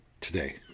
today